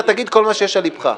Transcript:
אתה תגיד כל מה שיש על ליבך.